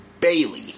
Bailey